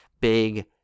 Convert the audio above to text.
big